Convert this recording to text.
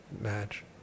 match